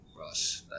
Ross